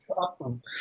Awesome